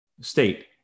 state